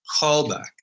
callback